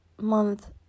month